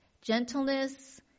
gentleness